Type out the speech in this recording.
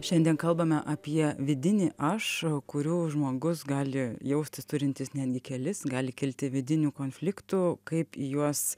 šiandien kalbame apie vidinį aš kurių žmogus gali jaustis turintis netgi kelis gali kilti vidinių konfliktų kaip į juos